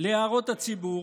להערות הציבור,